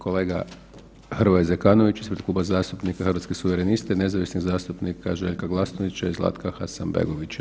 Kolega Hrvoje Zekanović, ispred Kluba zastupnika Hrvatskih suverenista i nezavisnih zastupnika Željka Glasnovića i Zlatka Hasanbegovića.